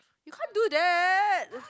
you can't do that